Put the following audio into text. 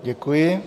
Děkuji.